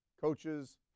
coaches